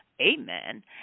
Amen